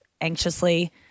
anxiously